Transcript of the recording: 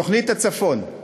תוכנית הצפון,